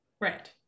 Right